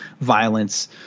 violence